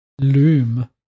Loom